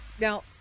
now